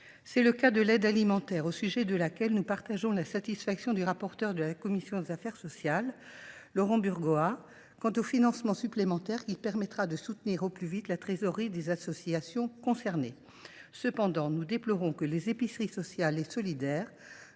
C’est le cas de l’aide alimentaire, au sujet de laquelle nous partageons la satisfaction du rapporteur pour avis de la commission des affaires sociales, Laurent Burgoa, quant au financement supplémentaire qui permettra de soutenir au plus vite la trésorerie des associations concernées. Cependant, nous déplorons que les épiceries sociales et solidaires